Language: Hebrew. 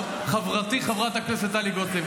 חברתי חברת הכנסת טלי גוטליב,